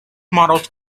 models